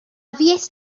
fuest